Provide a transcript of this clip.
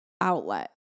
outlet